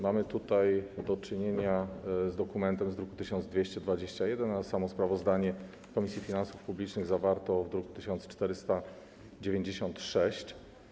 Mamy tutaj do czynienia z dokumentem z druku nr 1221, a samo sprawozdanie Komisji Finansów Publicznych zawarto w druku nr 1496.